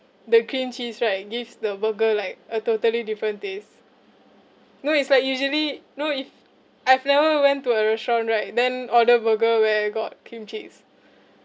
the cream cheese right gives the burger like a totally different taste no it's like usually no if I've never went to a restaurant right then order burger where got cream cheese